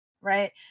right